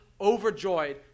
overjoyed